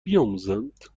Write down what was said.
بیاموزند